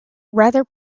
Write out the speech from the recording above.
rather